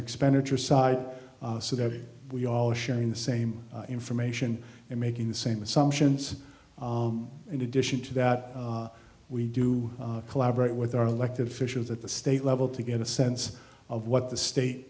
expenditure side so that we all are sharing the same information and making the same assumptions in addition to that we do collaborate with our elected officials at the state level to get a sense of what the